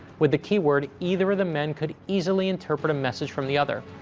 with the key word, either of the men could easily interpret a message from the other.